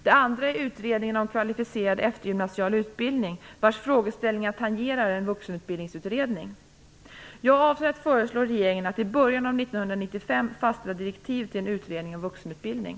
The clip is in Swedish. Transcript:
Det andra är Utredningen om kvalificerad eftergymnasial utbildning vars frågeställningar tangerar en vuxenutbildningsutredning. Jag avser att föreslå regeringen att i början av 1995 fastställa direktiv till en utredning om vuxenutbildning.